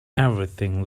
everything